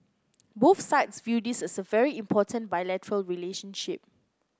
both sides view this as a very important bilateral relationship